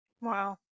Wow